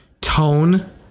tone